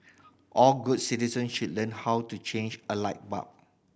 all good citizens should learn how to change a light bulb